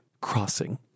crossing